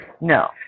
No